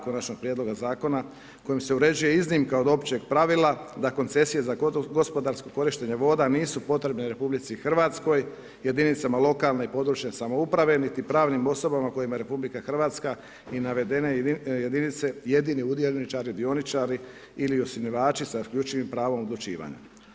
Konačnog prijedloga Zakona kojom se uređuje iznimka od općeg pravila da koncesije za gospodarsko korištenje voda nisu potrebne RH, jedinicama lokalne i područne samouprave niti pravnim osobama kojima RH i navedene jedinice jedini dioničari ili osnivači sa isključivim pravom odlučivanja.